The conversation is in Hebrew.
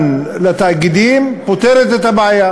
המתוכנן לתאגידים פותרת את הבעיה.